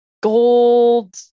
gold